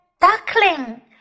duckling